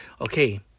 Okay